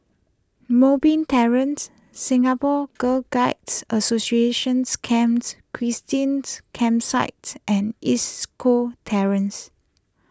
Moonbeam Terrace Singapore Girl Guides Associations Camps Christines Campsites and East Coast Terrace